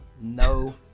No